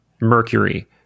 Mercury